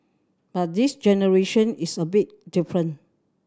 but this generation it's a bit different